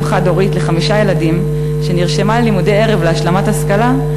חד-הורית לחמישה ילדים שנרשמה ללימודי ערב להשלמת השכלה,